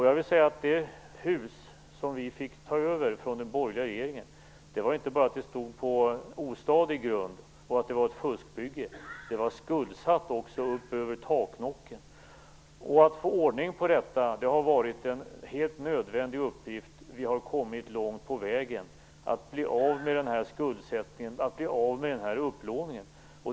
Jag vill säga att det hus som vi fick ta över från den borgerliga regeringen inte bara stod på ostadig grund och att det var ett fuskbygge, det var skuldsatt också, upp över taknocken. Att få ordning på detta har varit en helt nödvändig uppgift. Vi har kommit långt på väg med att bli av med den här skuldsättningen, att bli av med upplåningen.